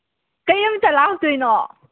ꯀꯔꯤ ꯅꯨꯃꯤꯠꯇ ꯂꯥꯛꯇꯣꯏꯅꯣ